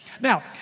Now